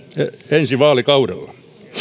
ensi vaalikaudella